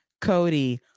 cody